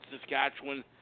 Saskatchewan